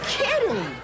kidding